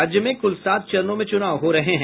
राज्य में कुल सात चरणों में चुनाव हो रहे हैं